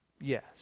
yes